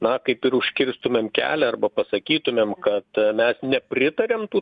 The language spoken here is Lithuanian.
na kaip ir užkirstumėm kelią arba pasakytumėm kad mes nepritariam tų